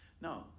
No